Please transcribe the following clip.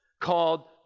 called